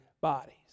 bodies